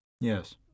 Yes